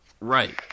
Right